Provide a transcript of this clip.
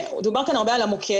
דובר כאן הרבה על המוקד,